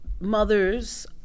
mothers